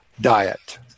diet